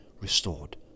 restored